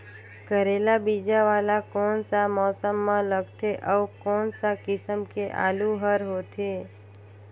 करेला बीजा वाला कोन सा मौसम म लगथे अउ कोन सा किसम के आलू हर होथे?